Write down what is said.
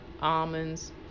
almonds